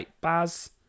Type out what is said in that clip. Baz